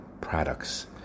products